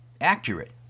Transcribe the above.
accurate